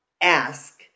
ask